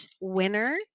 winner